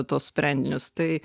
tuos sprendinius tai